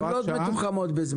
כלומר הן לא תחומות בזמן.